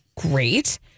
Great